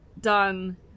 done